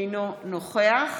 אינו נוכח